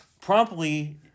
promptly